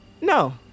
No